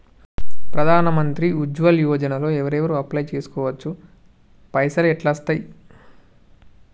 ప్రధాన మంత్రి ఉజ్వల్ యోజన లో ఎవరెవరు అప్లయ్ చేస్కోవచ్చు? పైసల్ ఎట్లస్తయి?